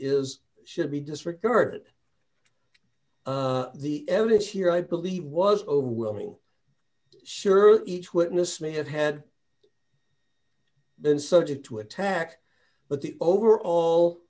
is should be disregarded the evidence here i believe was overwhelming sure each witness may have had been subject to attack but the overall